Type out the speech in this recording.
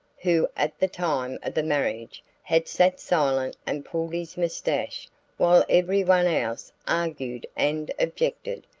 who at the time of the marriage had sat silent and pulled his moustache while every one else argued and objected,